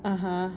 (uh huh)